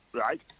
right